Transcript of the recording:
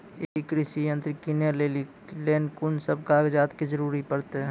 ई कृषि यंत्र किनै लेली लेल कून सब कागजात के जरूरी परतै?